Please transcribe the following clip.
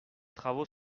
travaux